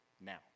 now